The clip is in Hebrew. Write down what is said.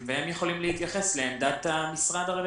והם יכולים להתייחס לעמדת המשרד הרלוונטי.